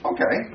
Okay